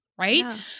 Right